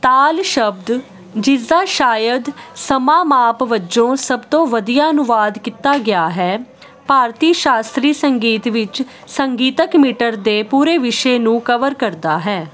ਤਾਲ ਸ਼ਬਦ ਜਿਸ ਦਾ ਸ਼ਾਇਦ ਸਮਾਂ ਮਾਪ ਵਜੋਂ ਸਭ ਤੋਂ ਵਧੀਆ ਅਨੁਵਾਦ ਕੀਤਾ ਗਿਆ ਹੈ ਭਾਰਤੀ ਸ਼ਾਸਤਰੀ ਸੰਗੀਤ ਵਿੱਚ ਸੰਗੀਤਕ ਮੀਟਰ ਦੇ ਪੂਰੇ ਵਿਸ਼ੇ ਨੂੰ ਕਵਰ ਕਰਦਾ ਹੈ